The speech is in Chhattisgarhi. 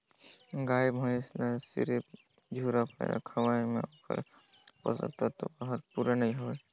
गाय भइसी ल सिरिफ झुरा पैरा खवाये में ओखर पोषक तत्व हर पूरा नई होय